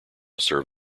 serve